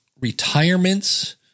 retirements